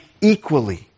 equally